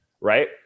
Right